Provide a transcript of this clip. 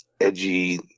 edgy